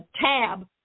tab